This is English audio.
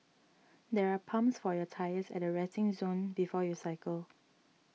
there are pumps for your tyres at the resting zone before you cycle